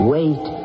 Wait